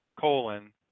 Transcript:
colon